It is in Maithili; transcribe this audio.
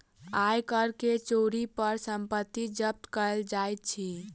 आय कर के चोरी पर संपत्ति जब्त कएल जाइत अछि